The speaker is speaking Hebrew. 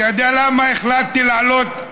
אתה יודע למה החלטתי לעלות?